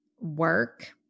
Work